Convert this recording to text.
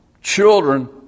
children